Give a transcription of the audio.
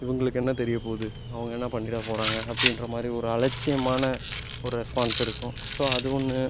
இவங்களுக்கு என்ன தெரியப்போகுது அவங்க என்ன பண்ணிடப் போகிறாங்க அப்படின்ற மாதிரி ஒரு அலட்சியமான ஒரு ரெஸ்பான்ஸ் இருக்கும் ஸோ அது ஒன்று